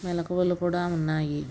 మెలకువలు కూడా ఉన్నాయి